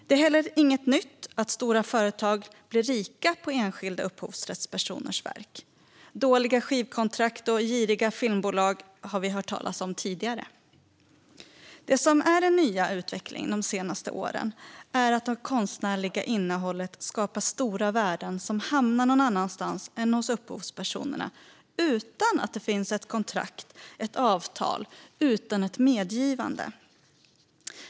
Det är heller inget nytt att stora företag blir rika på enskilda upphovspersoners verk. Dåliga skivkontrakt och giriga filmbolag har vi hört talas om tidigare. Det som är den nya utvecklingen de senaste åren är att det konstnärliga innehållet skapar stora värden som hamnar någon annanstans än hos upphovspersonen utan att det finns ett kontrakt, avtal eller medgivande.